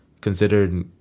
considered